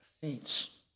saints